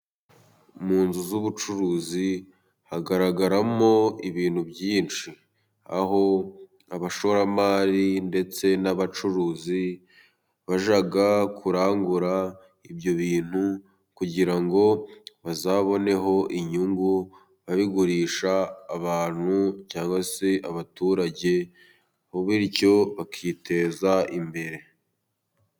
Mu nzu z'ubucuruzi hagaragaramo ibintu byinshi, aho abashoramari ndetse n'abacuruzi bajya kurangura ibyo bintu, kugira ngo bazaboneho inyungu babigurisha abantu, cyangwa se abaturage bityo bakiteza imbere.